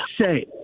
say